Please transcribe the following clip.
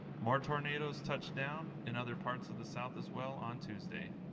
more tornadoes touched down in other parts of the south as well on tuesday.